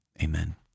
Amen